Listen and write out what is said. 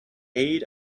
aid